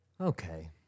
Okay